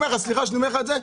סליחה שאני אומר לך את זה,